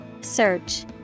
Search